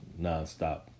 nonstop